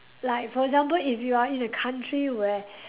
like for example if you are in a country where